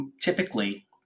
typically